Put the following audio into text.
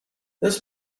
this